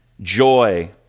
joy